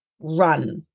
run